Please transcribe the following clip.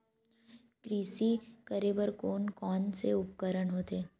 कृषि करेबर कोन कौन से उपकरण होथे?